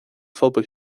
phobail